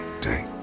day